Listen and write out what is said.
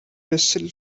whistle